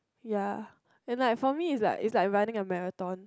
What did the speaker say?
ya and I for me is like is like running a marathon